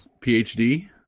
PhD